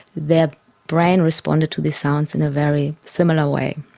their brain responded to these sounds in a very similar way,